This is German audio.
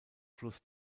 fluss